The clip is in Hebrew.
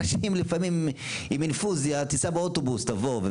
אנשים לפעמים עם אינפוזיה תיסע באוטובוס, תבוא.